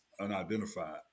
unidentified